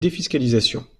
défiscalisation